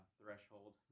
threshold